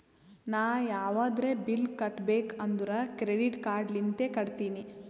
ನಾ ಯಾವದ್ರೆ ಬಿಲ್ ಕಟ್ಟಬೇಕ್ ಅಂದುರ್ ಕ್ರೆಡಿಟ್ ಕಾರ್ಡ್ ಲಿಂತೆ ಕಟ್ಟತ್ತಿನಿ